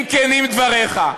אם כנים דבריך,